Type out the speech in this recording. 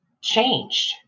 changed